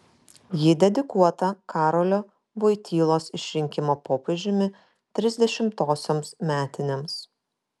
ji dedikuota karolio vojtylos išrinkimo popiežiumi trisdešimtosioms metinėms